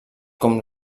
com